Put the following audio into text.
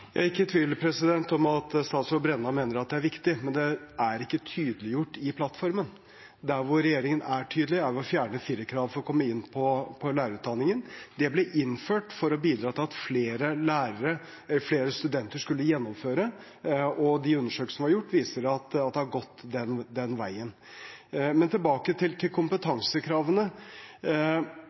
Jeg er ikke i tvil om at statsråd Brenna mener det er viktig, men det er ikke tydeliggjort i plattformen. Der hvor regjeringen er tydelig, er ved å fjerne firerkravet for å komme inn på lærerutdanningen. Det ble innført for å bidra til at flere studenter skulle gjennomføre, og de undersøkelsene som er gjort, viser at det har gått den veien. Men tilbake til kompetansekravene: